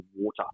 water